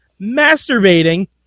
masturbating